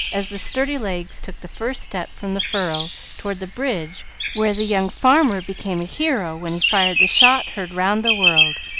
as the sturdy legs took the first step from the furrow toward the bridge where the young farmer became a hero when he fired the shot heard round the world.